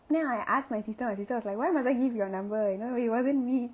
then I asked my sister my sister was like why must I give your number you know it wasn't me